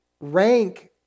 rank